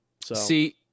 See